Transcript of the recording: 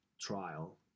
trial